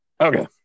Okay